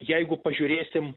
jeigu pažiūrėsim